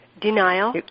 denial